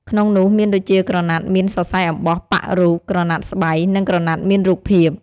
ក្នុងនោះមានដូចជាក្រណាត់មានសរសៃអំបោះប៉ាក់រូប ក្រណាត់ស្បៃ និង ក្រណាត់មានរូបភាព។